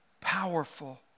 powerful